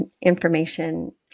information